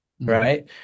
right